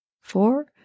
four